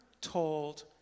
told